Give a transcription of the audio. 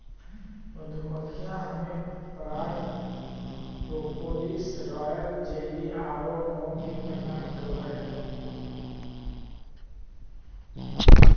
मधुमक्खियां हमें पराग, प्रोपोलिस, रॉयल जेली आरो मोम भी प्रदान करो हइ